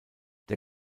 der